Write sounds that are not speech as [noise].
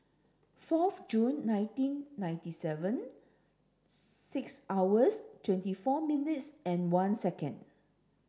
fourth Jun nineteen ninety seven [unintelligible] six hours twenty four minutes and one second